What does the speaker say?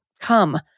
come